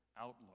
outlook